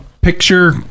picture